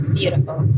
beautiful